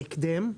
בהקדם.